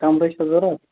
کَمرٕ چھِو ضوٚرَتھ